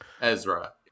Ezra